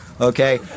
Okay